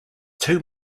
two